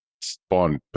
spawn